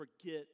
forget